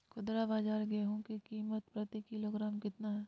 खुदरा बाजार गेंहू की कीमत प्रति किलोग्राम कितना है?